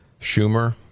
Schumer